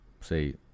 say